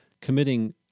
committing